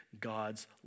God's